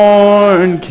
Born